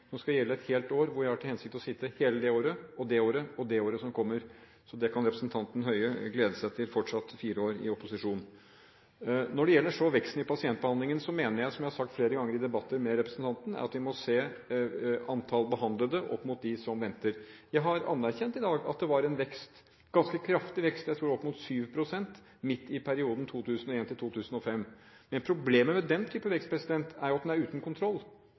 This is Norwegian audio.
som skal gjelde et helt år. Jeg har til hensikt å sitte hele det året, året som kommer etter, og året etter det igjen. Så representanten Høie kan glede seg til fortsatt fire år i opposisjon. Når det så gjelder veksten i pasientbehandlingen, mener jeg, som jeg har sagt flere ganger i debatter med representanten, at vi må se antall behandlede opp mot dem som venter. Jeg har anerkjent i dag at det var en vekst – en ganske kraftig vekst, jeg tror det var opp mot 7 pst. – midt i perioden 2001–2005. Men problemet med den type vekst er at den er uten kontroll,